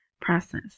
process